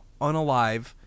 unalive